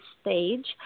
stage